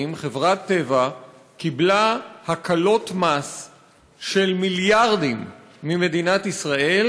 חברת טבע קיבלה הקלות מס של מיליארדים ממדינת ישראל,